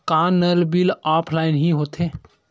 का नल bill offline हि होथे?